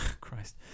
Christ